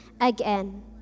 again